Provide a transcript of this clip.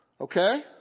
Okay